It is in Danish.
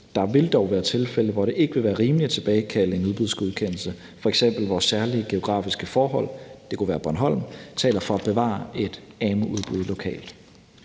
Der vil dog være tilfælde, hvor det ikke vil være rimeligt at tilbagekalde en udbudsgodkendelse, f.eks. hvor særlige geografiske forhold – det kunne være Bornholm – taler for at bevare et amu-udbud lokalt.